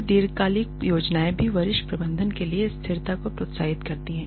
फिर दीर्घकालिक योजनाएं भी वरिष्ठ प्रबंधन के लिए स्थिरता को प्रोत्साहित करती हैं